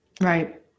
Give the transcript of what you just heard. Right